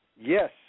Yes